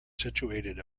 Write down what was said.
situated